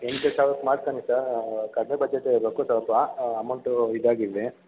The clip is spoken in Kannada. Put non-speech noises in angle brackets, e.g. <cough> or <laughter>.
ಎಂಟು ಸಾವ್ರಕ್ ಮಾಡ್ಕಣಿ ಸರ್ ಕಡಿಮೆ ಬಜೆಟ್ <unintelligible> ಅಮೌಂಟ್ ಇದಾಗಿದೆ